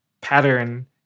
pattern